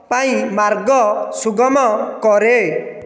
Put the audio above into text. ପାଇଁ ମାର୍ଗ ସୁଗମ କରେ